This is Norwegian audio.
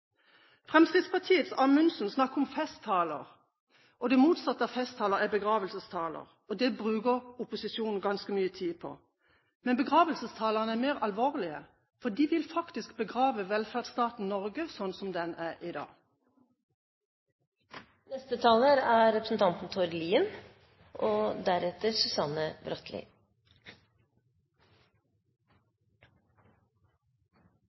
Fremskrittspartiets Amundsen snakker om festtaler. Det motsatte av festtaler er begravelsestaler. Det bruker opposisjonen ganske mye tid på. Men begravelsestalene er mer alvorlige. De vil faktisk begrave velferdsstaten Norge slik den er i dag. Alle barn i Norge bor i en kommune, og